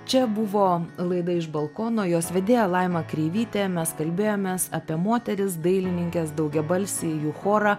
čia buvo laida iš balkono jos vedėja laima kreivytė mes kalbėjomės apie moteris dailininkes daugiabalsį jų chorą